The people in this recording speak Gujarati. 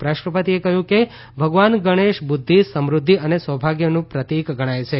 ઉપરાષ્ટ્રપતિએ કહયું કે ભગવાન ગણેશને બુધ્ધિ સમૃધ્ધિ અને સૌભાગ્યનું પ્રતિક ગણાય છે